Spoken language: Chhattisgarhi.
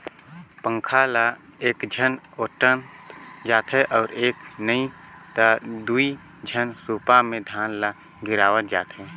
पंखा ल एकझन ओटंत जाथे अउ एक नही त दुई झन सूपा मे धान ल गिरावत जाथें